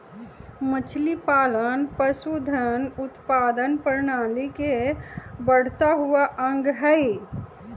मछलीपालन पशुधन उत्पादन प्रणाली के बढ़ता हुआ अंग हई